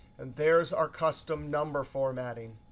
and there's our custom number formatting.